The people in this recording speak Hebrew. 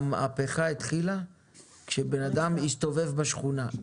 המהפכה התחילה כשבן אדם הסתובב בשכונה.